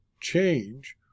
change